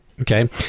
Okay